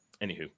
anywho